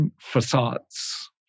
facades